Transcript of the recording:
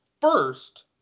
first